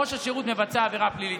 ראש השירות מבצע עבירה פלילית,